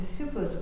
Super